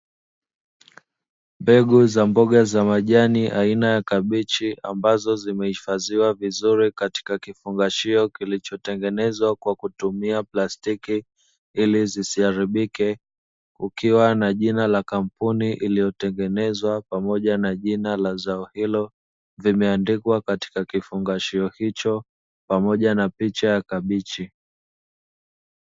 Mbegu za mboga za majani ya aina ya kabichi ambazo zimehifadhiwa vizuri katika kifungashio kilichotengenezwa kwa kutumia plastiki ili zisiharibike, kukiwa na jina la kampuni iliyotengeneza pamoja na jina la zao hilo; vimeandikwa katika kifungashio hicho pamoja na picha ya kabichi.